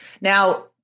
Now